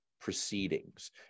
proceedings